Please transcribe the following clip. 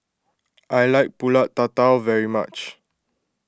I like Pulut Tatal very much